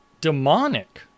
demonic